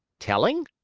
telling?